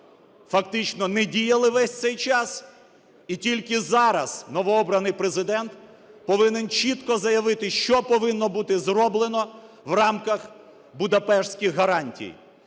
фактично не діяли весь цей час, і тільки зараз новообраний Президент повинен чітко заявити, що повинно бути зроблено в рамках будапештських гарантій.